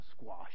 squash